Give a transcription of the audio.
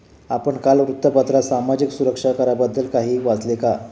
आपण काल वृत्तपत्रात सामाजिक सुरक्षा कराबद्दल काही वाचले का?